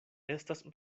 estas